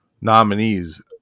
nominees